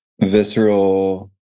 visceral